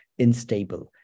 instable